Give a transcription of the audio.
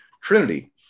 Trinity